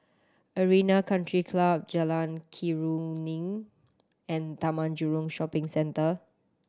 Arena Country Club Jalan Keruing and Taman Jurong Shopping Centre